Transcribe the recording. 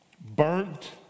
burnt